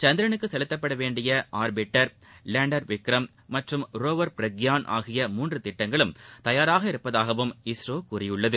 சந்த்ரனுக்கு செலுத்தப்பட வேண்டிய orbiter lander Vikram மற்றும் ரோவர் ப்ரக்யான் ஆகிய மூன்று திட்டங்களும் தயாராக உள்ளதாகவும் இஸ்ரோ கூறியுள்ளது